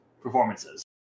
performances